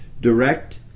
direct